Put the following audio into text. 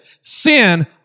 Sin